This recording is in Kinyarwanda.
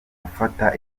gufata